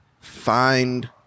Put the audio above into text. find